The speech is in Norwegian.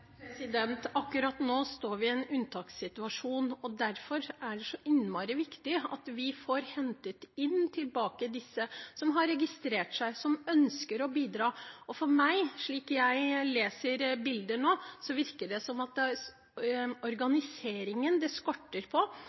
Akkurat nå står vi i en unntakssituasjon, og derfor er det så innmari viktig at vi får hentet tilbake disse som har registrert seg, og som ønsker å bidra. For meg – slik jeg leser bildet nå – virker det som at det er organiseringen det skorter på.